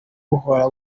buhora